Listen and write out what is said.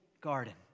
garden